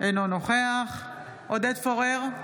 אינו נוכח עודד פורר,